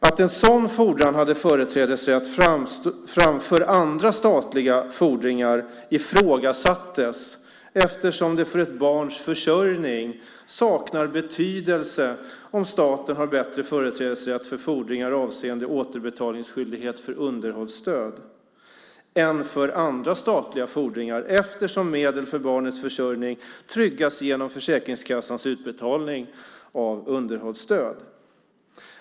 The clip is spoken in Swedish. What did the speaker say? Att en sådan fordran hade företrädesrätt framför andra statliga fordringar ifrågasattes eftersom det för ett barns försörjning saknar betydelse om staten har bättre företrädesrätt för fordringar avseende återbetalningsskyldighet för underhållsstöd än för andra statliga fordringar - eftersom medel för barnets försörjning tryggas genom Försäkringskassans utbetalning av underhållsstöd.